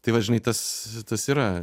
tai va žinai tas tas yra